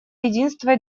единство